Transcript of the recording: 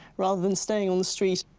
rather than staying on the street.